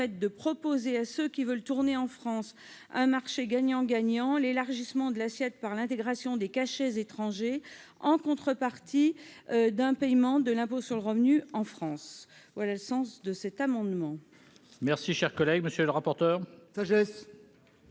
de proposer à ceux qui veulent tourner en France un marché gagnant-gagnant : l'élargissement de l'assiette par l'intégration des cachets étrangers, en contrepartie d'un paiement de l'impôt sur le revenu en France. Quel est l'avis de